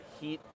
heat